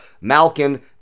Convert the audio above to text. Malkin